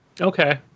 okay